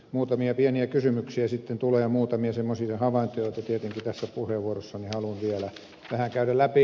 muutamia pieniä kysymyksiä sitten tulee muutamia semmoisia havaintoja joita tietenkin tässä puheenvuorossani haluan vielä vähän käydä läpi